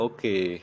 Okay